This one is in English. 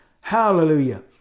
Hallelujah